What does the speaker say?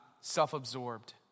self-absorbed